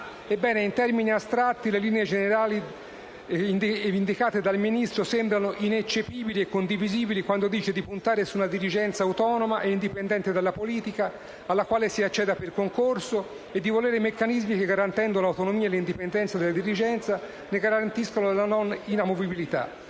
Ebbene, in termini astratti, le linee generali indicate dal Ministro sembrano ineccepibili e condivisibili, quando dice di puntare su una dirigenza autonoma e indipendente dalla politica, alla quale si acceda per concorso e di volere meccanismi che, garantendo l'autonomia e l'indipendenza della dirigenza, ne garantiscano la non inamovibilità,